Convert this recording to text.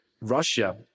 Russia